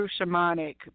shamanic